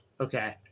Okay